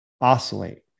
oscillate